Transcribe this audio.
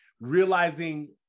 realizing